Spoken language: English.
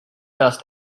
dust